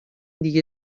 دیگه